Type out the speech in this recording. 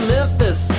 Memphis